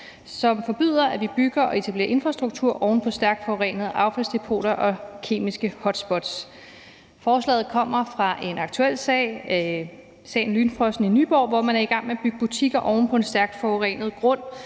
som forbyder, at vi bygger og etablerer infrastruktur oven på stærkt forurenede affaldsdepoter og kemiske hotspots. Forslaget kommer af en aktuel sag, sagen om Lynfrosten i Nyborg, hvor man er i gang med at bygge butikker oven på en stærkt forurenet grund,